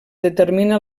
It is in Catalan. determina